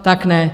Tak ne.